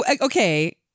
Okay